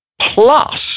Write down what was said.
Plus